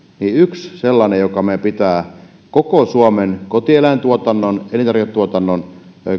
yksi sellainen joka meidän pitää koko suomen kotieläintuotannon elintarviketuotannon